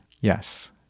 Yes